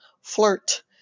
flirt